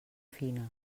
fina